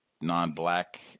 non-black